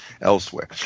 elsewhere